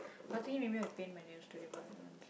I think maybe I paint my nails today but I want to sleep